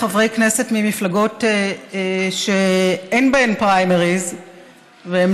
חברי כנסת ממפלגות שאין בהן פריימריז והם